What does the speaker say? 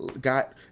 got